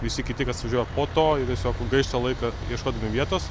visi kiti kas važiuoja po to jie tiesiog gaišta laiką ieškodami vietos